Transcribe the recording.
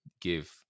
give